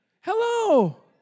Hello